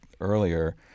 earlier